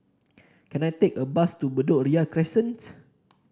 can I take a bus to Bedok Ria Crescent